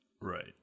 Right